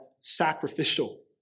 sacrificial